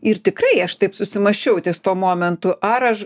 ir tikrai aš taip susimąsčiau ties tuo momentu ar aš